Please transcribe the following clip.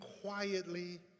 quietly